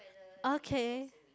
okay